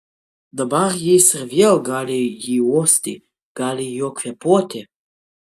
dabar jis ir vėl gali jį uosti gali juo kvėpuoti